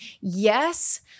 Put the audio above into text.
yes